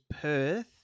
Perth